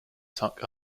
tuck